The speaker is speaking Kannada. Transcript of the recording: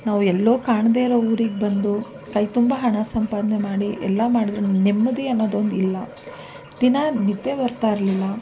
ನಾವು ಎಲ್ಲೋ ಕಾಣದೇ ಇರೋ ಊರಿಗೆ ಬಂದು ಕೈ ತುಂಬ ಹಣ ಸಂಪಾದನೆ ಮಾಡಿ ಎಲ್ಲ ಮಾಡಿದರೂನು ನೆಮ್ಮದಿ ಅನ್ನೋದು ಒಂದು ಇಲ್ಲ ದಿನಾ ನಿದ್ದೆ ಬರ್ತಾಯಿರ್ಲಿಲ್ಲ